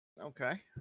Okay